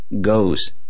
goes